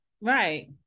Right